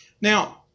Now